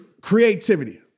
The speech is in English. creativity